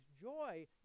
joy